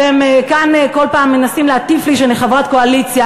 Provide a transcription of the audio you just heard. אתם כאן כל פעם מנסים להטיף לי שאני חברת קואליציה.